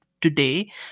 today